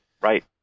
Right